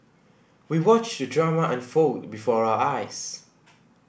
we watched the drama unfold before our eyes